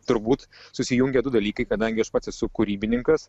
turbūt susijungė du dalykai kadangi aš pats esu kūrybininkas